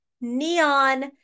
neon